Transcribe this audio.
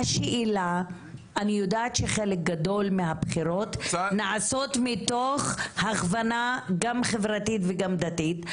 אני יודעת שחלק גדול מהבחירות נעשות מתוך הכוונה גם חברתית וגם דתית,